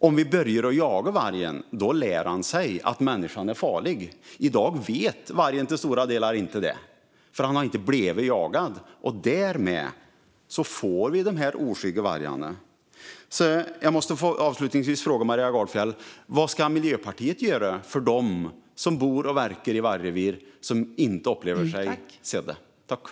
Om vi börjar att jaga vargen lär den sig att människan är farlig. I dag vet vargen till stor del inte det eftersom den inte har blivit jagad. Därmed får vi de här oskygga vargarna. Jag måste avslutningsvis ställa en fråga till Maria Gardfjell: Vad ska Miljöpartiet göra för dem som bor och verkar i vargrevir och som inte upplever att de blir sedda?